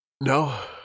No